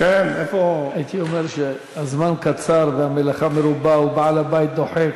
הייתי אומר שהזמן קצר והמלאכה מרובה ובעל-הבית דוחק.